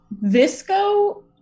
Visco